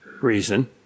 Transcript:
reason